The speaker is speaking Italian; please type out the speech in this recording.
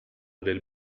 del